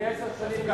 אני עשר שנים ככה.